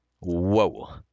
whoa